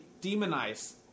demonize